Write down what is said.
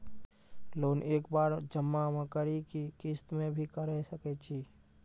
Loan एक बार जमा म करि कि किस्त मे भी करऽ सके छि?